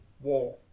war